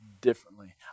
differently